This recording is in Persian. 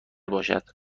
باشد